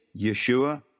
Yeshua